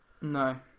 No